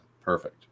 perfect